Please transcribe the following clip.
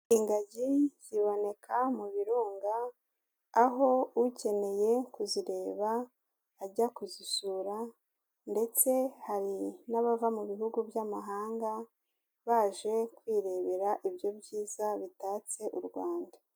Ingagi ziboneka mu birunga, aho ukeneye kuzireba ajya kuzisura ndetse hari n'abava mu bihugu by'amahanga baje kwirebera ibyo byiza bitatse u Rwanda.